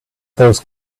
those